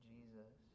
Jesus